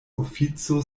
ofico